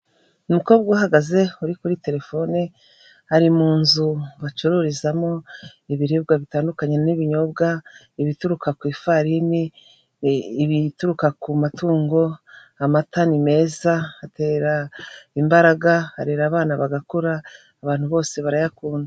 Umukobwa uhagaze uri kuri telefone ari mu nzu bacururizamo ibiribwa bitandukanye n'ibinyobwa ibituruka ku ifarini, ibituruka ku matungo, amata ni meza atera imbaraga arera abana bagakura abantu bose barayakunda.